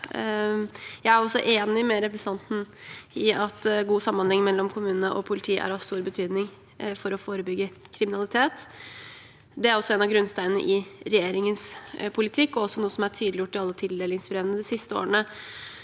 Jeg er enig med representanten i at god samhandling mellom kommunene og politiet er av stor betydning for å forebygge kriminalitet. Det er en av grunnsteinene i regjeringens politikk, og også noe som er tydeliggjort i alle tildelingsbrevene de siste årene.